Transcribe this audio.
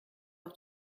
auf